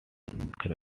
character